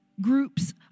groups